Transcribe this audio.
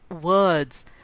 words